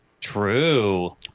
true